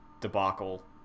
debacle